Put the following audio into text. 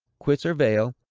quits her veil,